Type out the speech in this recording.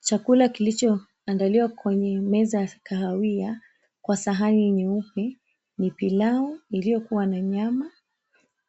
Chakula kilichoandaliwa kwenye meza ya kahawia kwa sahani nyeupe ni pilau iliyokuwa na nyama,